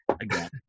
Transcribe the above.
again